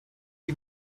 die